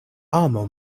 amo